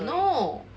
no